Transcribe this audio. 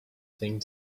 thing